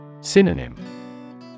Synonym